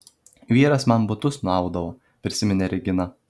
vyras man batus nuaudavo prisiminė regina